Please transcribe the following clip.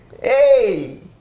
hey